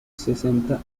sesenta